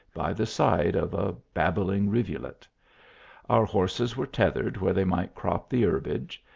by the side of a babbling rivulet our horses were tethered where they might crop the herbage,